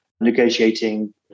negotiating